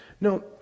No